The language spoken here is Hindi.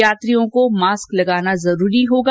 यात्रियों को मास्क लगाना जरूरी होगा